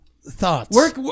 thoughts